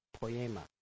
poema